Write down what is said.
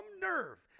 nerve